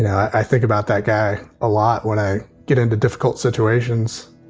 i think about that guy a lot. when i get into difficult situations